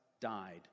died